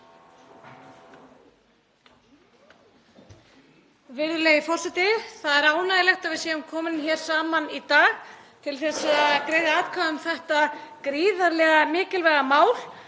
Virðulegi forseti. Það er ánægjulegt að við séum komin hér saman í dag til að greiða atkvæði um þetta gríðarlega mikilvæga mál